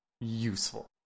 useful